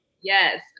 Yes